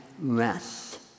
rest